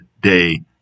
day